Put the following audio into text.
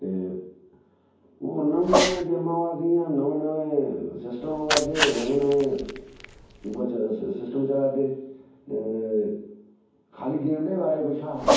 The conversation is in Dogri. ते हून नमियां नमियां गेमां आवा दियां नमें नमें सिस्टम अवा दे नमें नमें दूआ सिस्टम चला दे ते खा'ल्ली गेम दे बारै च गै पुच्छा हा नी